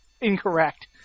incorrect